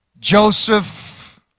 Joseph